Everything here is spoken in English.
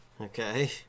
Okay